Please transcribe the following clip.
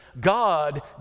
God